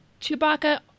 Chewbacca